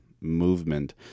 movement